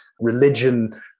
religion